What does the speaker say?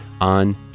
on